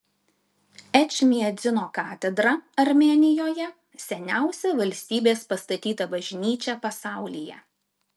ečmiadzino katedra armėnijoje seniausia valstybės pastatyta bažnyčia pasaulyje